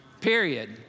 period